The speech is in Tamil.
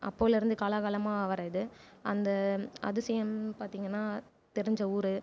அப்போலருந்து காலாகாலமாக வர இது அந்த அதிசயம் பார்த்திங்கன்னா தெரிஞ்ச ஊர்